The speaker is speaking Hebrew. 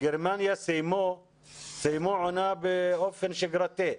בגרמניה סיימו עונה באופן שגרתי.